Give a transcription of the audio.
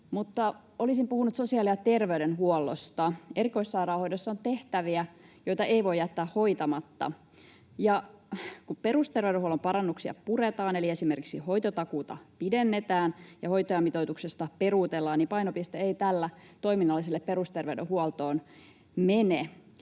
olisin puhunut sosiaali- ja terveydenhuollosta. Erikoissairaanhoidossa on tehtäviä, joita ei voi jättää hoitamatta, ja kun perusterveydenhuollon parannuksia puretaan, eli esimerkiksi hoitotakuuta pidennetään ja hoitajamitoituksesta peruutellaan, niin painopiste ei tällä toiminnalla sinne perusterveydenhuoltoon mene.